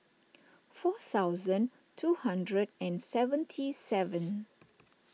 four thousand two hundred and seventy seven